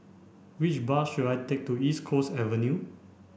which bus should I take to East Coast Avenue